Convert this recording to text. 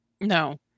No